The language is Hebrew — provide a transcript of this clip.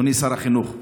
אדוני שר החינוך,